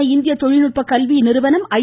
சென்னை இந்திய தொழில்நுட்ப கல்விக்கழகம் ஐ